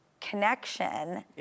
connection